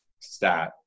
stat